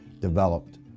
developed